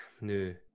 no